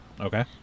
okay